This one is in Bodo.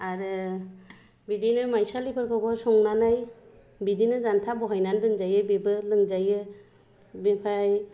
आरो बिदिनो माइसालिफोरखौबो संनानै बिदिनो जान्था बहायनानै दोनजायो बेबो लोंजायो बेनिफ्राय